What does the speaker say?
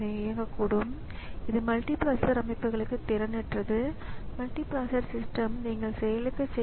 கணினியில் operating system இந்த booting டிவைஸை கண்டுபிடிக்க முடியவில்லை என்ற எரர் ஐ பல முறை நீங்கள் கவனித்திருக்கலாம்